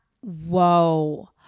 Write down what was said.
Whoa